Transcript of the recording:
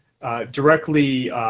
Directly